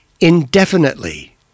Indefinitely